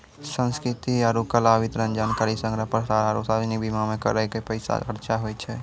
संस्कृति आरु कला, वितरण, जानकारी संग्रह, प्रसार आरु सार्वजनिक बीमा मे करो के पैसा खर्चा होय छै